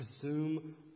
presume